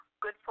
good